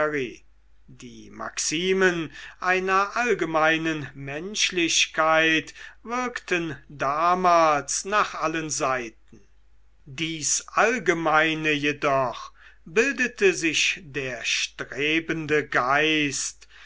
die maximen einer allgemeinen menschlichkeit wirkten damals nach allen seiten dies allgemeine jedoch bildete sich der strebende geist